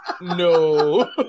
No